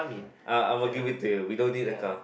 uh I'm a give it to you we don't need a car